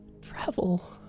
travel